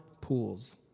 pools